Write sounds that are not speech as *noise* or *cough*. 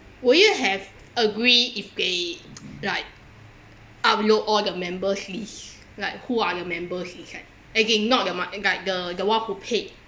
will you have agreed if they *noise* like upload all the members list like who are the members inside again not the mar~ like the the one who paid